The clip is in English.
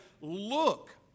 look